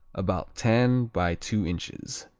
about ten by two inches.